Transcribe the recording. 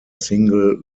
single